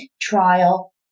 trial